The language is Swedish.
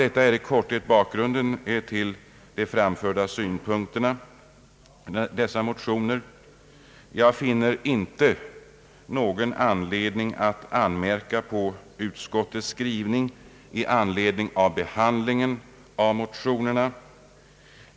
Detta är i korthet bakgrunden till de synpunkter som anförts i dessa motioner. Jag finner inte någon anledning att anmärka på utskottets skrivning i samband med behandlingen av motionerna.